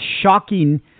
shocking